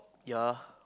ya